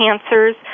cancers